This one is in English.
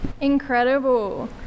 Incredible